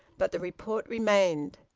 but the report remained.